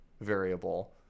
variable